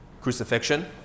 crucifixion